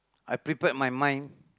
I prepared my mind